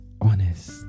honest